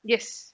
yes